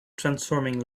transforming